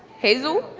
hazel?